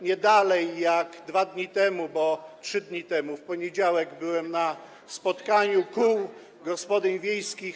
Nie dalej jak 2 dni temu, bo 3 dni temu, w poniedziałek, byłem na spotkaniu kół gospodyń wiejskich.